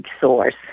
source